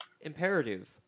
imperative